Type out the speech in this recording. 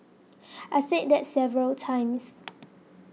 I said that several times